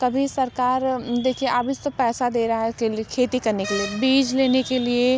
कभी सरकार देखिए अभी तो पैसा दे रहा है कि खेती करने के लिए बीज लेने के लिए